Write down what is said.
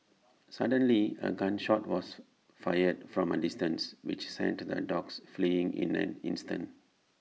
suddenly A gun shot was fired from A distance which sent the dogs fleeing in an instant